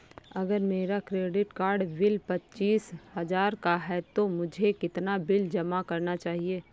अगर मेरा credit card bill पच्चीस हजार का है तो मुझे कितना बिल जमा करना चाहिए?